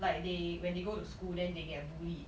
like they when they go to school then they get bullied